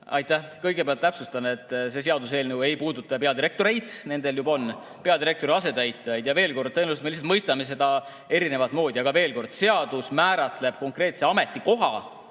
Aitäh! Ma kõigepealt täpsustan, et see seaduseelnõu ei puuduta peadirektoreid, nendel juba [niimoodi] on, vaid peadirektori asetäitjaid. Tõenäoliselt me lihtsalt mõistame seda erinevat moodi. Aga veel kord: seadus määratleb konkreetse ametikoha